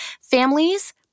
families